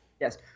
Yes